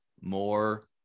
more